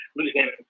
losing